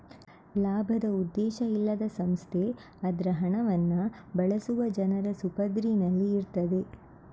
ಲಾಭದ ಉದ್ದೇಶ ಇಲ್ಲದ ಸಂಸ್ಥೆ ಅದ್ರ ಹಣವನ್ನ ಬಳಸುವ ಜನರ ಸುಪರ್ದಿನಲ್ಲಿ ಇರ್ತದೆ